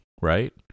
right